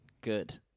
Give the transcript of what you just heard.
Good